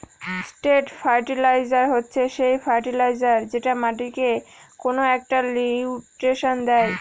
straight fertiliser হচ্ছে যে fertiliser যেটা মাটিকে কোনো একটা নিউট্রিশন দেয়